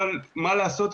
אבל מה לעשות,